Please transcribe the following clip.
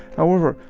however,